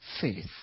faith